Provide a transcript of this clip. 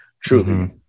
Truly